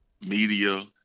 media